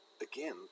again